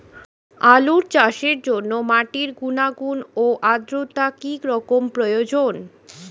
আলু চাষের জন্য মাটির গুণাগুণ ও আদ্রতা কী রকম প্রয়োজন?